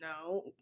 no